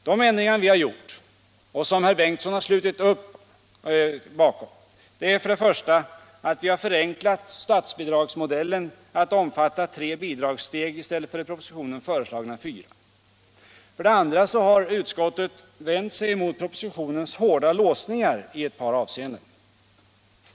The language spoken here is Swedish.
De ändringar vi har gjort och som herr Bengtsson har slutit upp bakom innebär följande: För det första har utskottet förenklat statsbidragsmodellen att omfatta tre bidragssteg i stället för i propositionen föreslagna fyra. För det andra har utskottet vänt sig emot propositionens hårda låsningar i ett par avseenden.